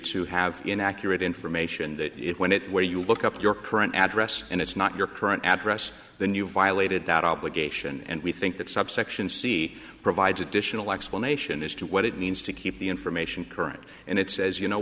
to have inaccurate information that it when it where you look up your current address and it's not your current address the new violated that obligation and we think that subsection c provides additional explanation as to what it means to keep the information current and it says you know